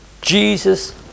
Jesus